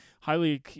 highly